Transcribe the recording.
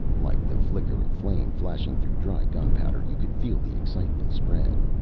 like the flicker of flame flashing through dry gunpowder, you could feel the excitement spread.